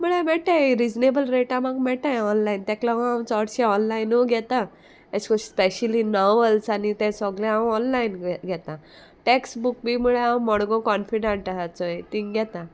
म्हळ्या मेटाय रिजनेबल रेटा म्हाक मेटाय ऑनलायन तेका लागो हांव चोडशे ऑनलायनूय घेता एश को स्पेशली नॉवल्स आनी तें सोगले हांव ऑनलायन घेता टॅक्सबूक बी म्हळ्यार हांव मोडगो कॉनफिडंट आहा चोय तींग घेता